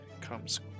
comes